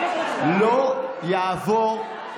לא יקרה.